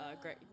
Great